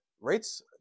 rates